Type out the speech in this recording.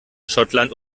schottland